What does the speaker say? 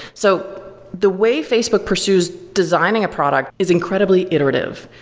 so the way facebook pursues designing a product is incredibly iterative.